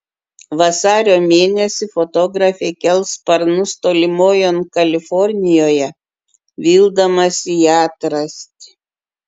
vasario mėnesį fotografė kels sparnus tolimojon kalifornijoje vildamasi ją atrasti